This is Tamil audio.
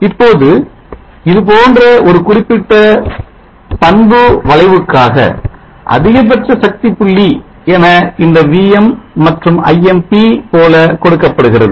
இப்போது இதுபோன்ற ஒரு குறிப்பிட்ட பண்புவளைவுக்காக அதிகபட்ச சக்தி புள்ளி என இந்த Vm மற்றும் Imp போல கொடுக்கப்படுகிறது